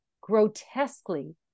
grotesquely